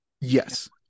yes